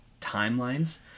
timelines